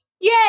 Yay